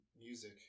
Music